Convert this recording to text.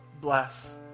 bless